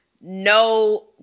No